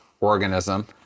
organism